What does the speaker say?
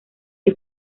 que